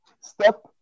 Step